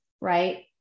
right